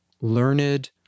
learned